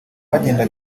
bagenda